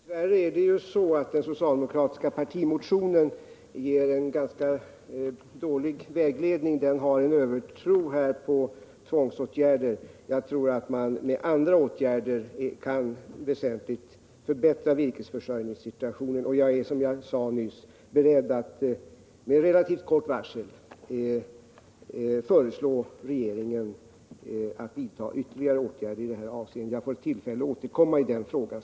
Herr talman! Dess värre är det ju så att den socialdemokratiska partimotionen ger en ganska dålig vägledning. Den karakteriseras av en övertro på tvångsåtgärder. Jag tror att man med andra åtgärder väsentligt kan förbättra virkesförsörjningssituationen. Jag är, som jag sade nyss, beredd att med relativt kort varsel föreslå regeringen att vidta ytterligare åtgärder i detta avseende. Jag skulle tro att jag får tillfälle att återkomma i den frågan.